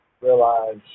realize